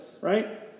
right